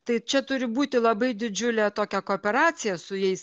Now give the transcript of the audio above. tai čia turi būti labai didžiulė tokia kooperacija su jais